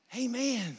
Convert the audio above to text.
Amen